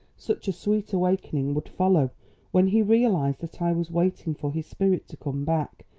such a sweet awakening would follow when he realised that i was waiting for his spirit to come back,